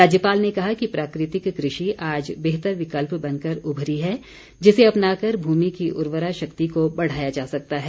राज्यपाल ने कहा कि प्राकृतिक कृषि आज बेहतर विकल्प बनकर उभरी है जिसे अपनाकर भूमि की उर्वरा शक्ति को बढ़ाया जा सकता है